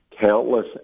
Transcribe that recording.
countless